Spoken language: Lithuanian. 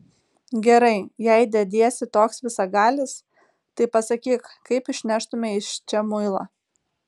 gerai jei dediesi toks visagalis tai pasakyk kaip išneštumei iš čia muilą